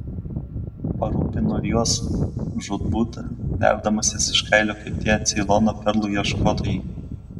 parūpinu ir juos žūtbūt nerdamasis iš kailio kaip tie ceilono perlų ieškotojai